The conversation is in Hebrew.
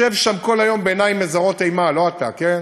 שב שם כל היום בעיניים מזרות אימה, לא אתה, כן?